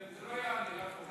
הרי זה לא ייאמן.